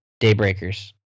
Daybreakers